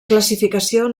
classificació